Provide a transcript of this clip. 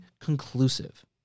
conclusive